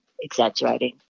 exaggerating